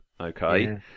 okay